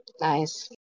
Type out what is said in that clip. Nice